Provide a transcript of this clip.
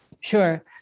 Sure